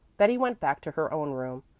betty went back to her own room,